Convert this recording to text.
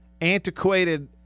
antiquated